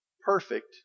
perfect